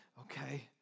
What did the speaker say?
okay